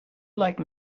like